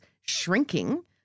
shrinking